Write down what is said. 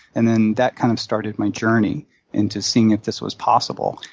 and then that kind of started my journey into seeing if this was possible.